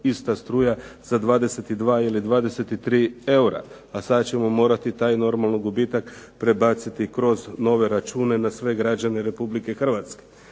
ista struja za 22 ili 23 eura. A sada ćemo morati taj normalno gubitak prebaciti kroz nove račune na sve građane Republike Hrvatske.